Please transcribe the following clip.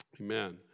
Amen